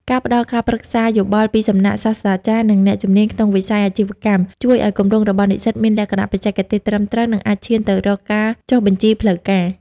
ការផ្ដល់ការប្រឹក្សាយោបល់ ពីសំណាក់សាស្ត្រាចារ្យ និងអ្នកជំនាញក្នុងវិស័យអាជីវកម្ម ជួយឱ្យគម្រោងរបស់និស្សិតមានលក្ខណៈបច្ចេកទេសត្រឹមត្រូវ និងអាចឈានទៅរកការចុះបញ្ជីផ្លូវការ។